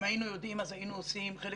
אם היינו יודעים, אז היינו עושים חלק